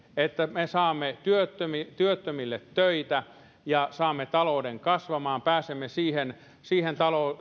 että me saamme työttömille työttömille töitä ja saamme talouden kasvamaan pääsemme siihen siihen